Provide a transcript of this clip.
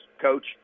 coach